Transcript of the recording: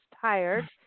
tired